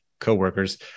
coworkers